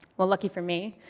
well, lucky for me,